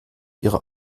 ihrer